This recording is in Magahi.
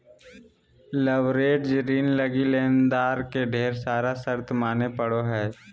लवरेज्ड ऋण लगी लेनदार के ढेर सारा शर्त माने पड़ो हय